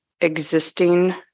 existing